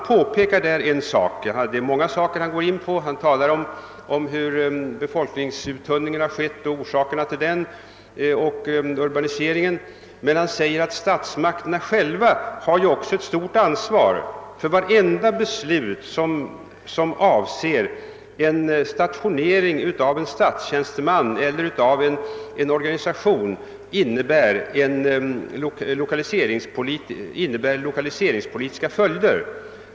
Professor Hägerstrand tar upp många frågor; han talar om befolkningsuttunningen och orsakerna till den och om urbaniseringen. Men han säger att statsmakterna själva har ett stort ansvar, eftersom vartenda beslut som avser stationering av en statstjänsteman eller av en organisation får lokaliseringspolitiska följder.